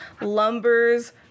lumbers